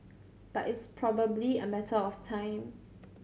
but it's probably a matter of time